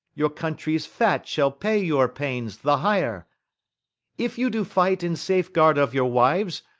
your country's fat shall pay your pains the hire if you do fight in safeguard of your wives,